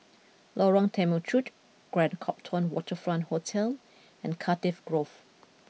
Lorong Temechut Grand Copthorne Waterfront Hotel and Cardiff Grove